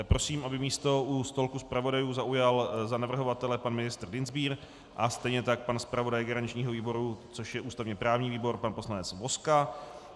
Prosím, aby místo u stolku zpravodajů zaujal za navrhovatele pan ministr Dienstbier a stejně tak pan zpravodaj garančního výboru, což je ústavněprávní výbor, pan poslanec Vozka.